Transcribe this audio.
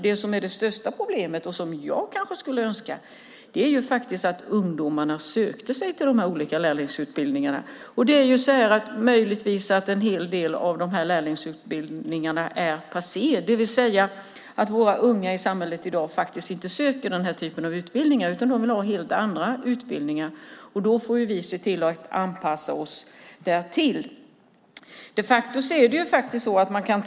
Det största problemet är huruvida ungdomarna söker sig till de olika lärlingsutbildningarna, vilket jag kanske skulle önska. Möjligtvis är en hel del av lärlingsutbildningarna passé, det vill säga att våra unga i samhället i dag inte söker den här typen av utbildningar. De vill ha helt andra utbildningar. Då får vi se till att anpassa oss till det.